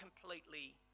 completely